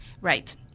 Right